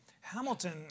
Hamilton